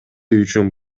үчүн